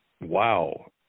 Wow